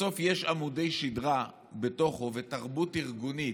בסוף יש עמודי שדרה בתוכו ותרבות ארגונית,